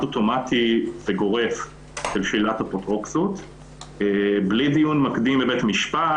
אוטומטי וגורף לשאלת אפוטרופסות בלי דיון מקדים בבית משפט,